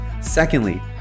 Secondly